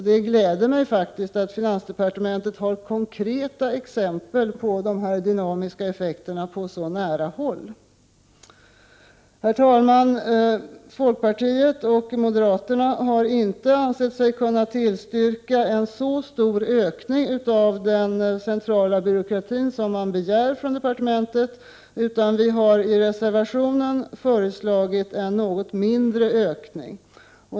Det gläder mig faktiskt att finansdepartementet har konkreta exempel på dessa dynamiska effekter på så nära håll. Herr talman! Folkpartiet och moderaterna har inte ansett sig kunna tillstyrka en så stor ökning av den centrala byråkratin som begärs från departementet, utan vi har i reservationen föreslagit en något mindre ökning.